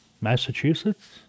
Massachusetts